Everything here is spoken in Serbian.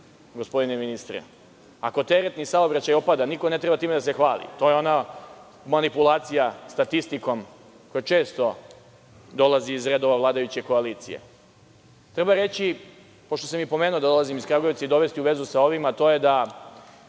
gospodine ministre? Ako teretni saobraćaj opada, niko ne treba time da se hvali. To je ona manipulacija statistikom koja često dolazi iz redova vladajuće koalicije. Treba reći, pošto sam pomenuo da dolazim iz Kragujevca, i dovesti u vezu sa ovim, a to je da